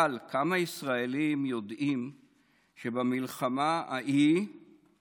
אבל כמה ישראלים יודעים שבמלחמה ההיא